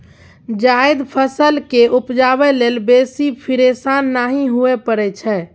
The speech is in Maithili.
जायद फसल केँ उपजाबै लेल बेसी फिरेशान नहि हुअए परै छै